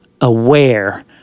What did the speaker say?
aware